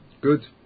Good